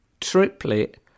triplet